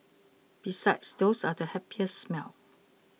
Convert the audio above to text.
besides those are the happiest smells